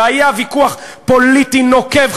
והיה ויכוח פוליטי נוקב,